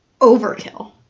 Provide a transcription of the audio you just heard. overkill